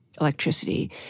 electricity